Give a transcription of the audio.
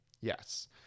Yes